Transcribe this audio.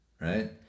right